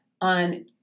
on